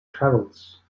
travels